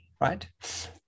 Right